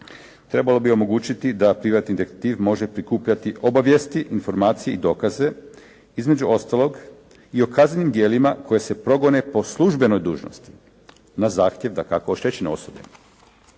Trebalo bi omogućiti da privatni detektiv može prikupljati obavijesti, informacije i dokaze između ostalog i o kaznenim djelima koje se progone po službenoj dužnosti na zahtjev dakako oštećene osobe.